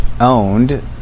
owned